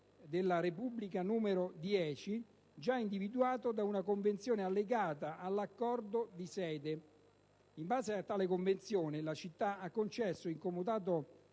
della Repubblica n. 10, già individuato da una Convenzione allegata all'Accordo di sede. In base a tale Convenzione, la città ha concesso in comodato